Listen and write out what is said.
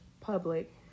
public